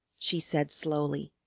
she said slowly,